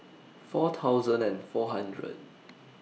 four thousand and four hundred